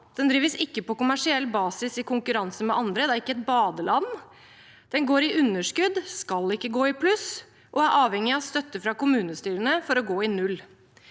Den drives ikke på kommersiell basis, i konkurranse med andre. Den er ikke et badeland. Den går i underskudd og skal ikke gå i pluss, og den er avhengig av støtte fra kommunestyrene for å gå i null.